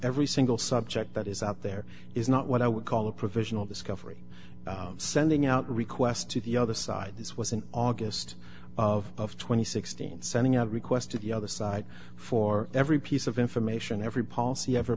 every single subject that is out there is not what i would call a provisional discovery sending out requests to the other side this was in august of two thousand and sixteen sending out requests to the other side for every piece of information every policy ever